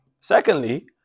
Secondly